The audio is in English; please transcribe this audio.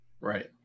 right